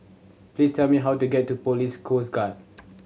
please tell me how to get to Police Coast Guard